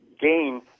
gain